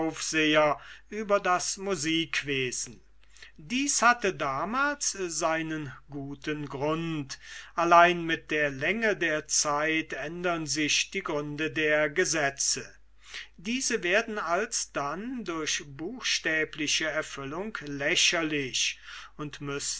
über das musikwesen dies hatte damals seinen guten grund allein mit der länge der zeit ändern sich die gründe der gesetze diese werden alsdann durch buchstäbliche erfüllung lächerlich und müssen